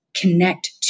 connect